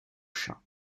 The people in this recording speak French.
chat